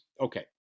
Okay